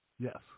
yes